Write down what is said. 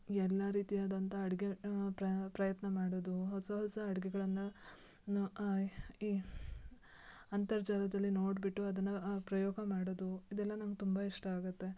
ಎಲ್ಲ ರೀತಿ ಆದಂಥ ಅಡುಗೆ ಪ್ರಯತ್ನ ಮಾಡೋದು ಹೊಸ ಹೊಸ ಅಡುಗೆಗಳನ್ನ ನ ಈ ಅಂತರ್ಜಾಲದಲ್ಲಿ ನೋಡಿಬಿಟ್ಟು ಅದನ್ನು ಪ್ರಯೋಗ ಮಾಡೋದು ಇದೆಲ್ಲ ನಂಗೆ ತುಂಬ ಇಷ್ಟ ಆಗುತ್ತೆ